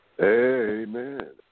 Amen